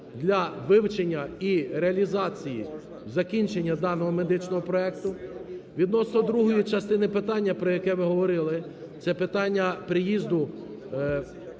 для вивчення і реалізації закінчення даного медичного проекту. Відносно другої частини питання, про яке ви говорили, це питання приїзду